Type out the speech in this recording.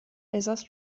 elsaß